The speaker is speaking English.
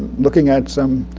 looking at some